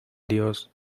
dios